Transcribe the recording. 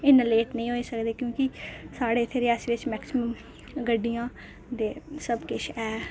इन्ना लेट नेईं होई सकदे क्योंकि साढ़े इत्थै रियासी बिच्च मैक्सीमम गड्डियां ते सब किश ऐ